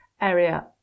area